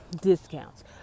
discounts